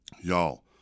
Y'all